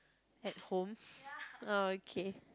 at home oh okay